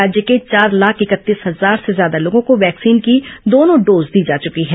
राज्य के चार लाख इकतीस हजार से ज्यादा लोगों को वैक्सीन की दोनों डोज दी जा चुकी है